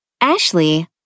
Ashley